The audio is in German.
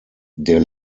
der